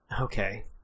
okay